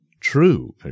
true